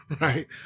Right